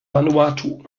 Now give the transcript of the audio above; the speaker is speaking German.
vanuatu